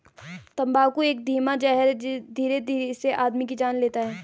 तम्बाकू एक धीमा जहर है धीरे से आदमी की जान लेता है